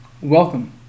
Welcome